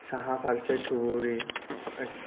साहा फारसे धुबुरी ऐ